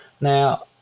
Now